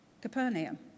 Capernaum